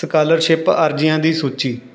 scholarship ਅਰਜ਼ੀਆਂ ਦੀ ਸੂਚੀ